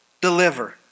deliver